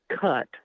cut